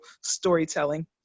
storytelling